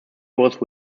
was